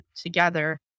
together